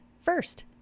first